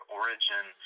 origin